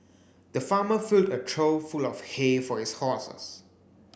the farmer filled a trough full of hay for his horses